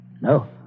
No